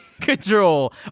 control